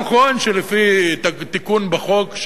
נכון שלפי תיקון בחוק,